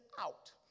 out